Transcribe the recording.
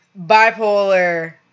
bipolar